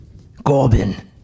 Gorbin